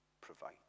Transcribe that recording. provide